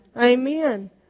Amen